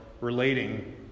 relating